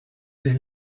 des